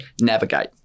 navigate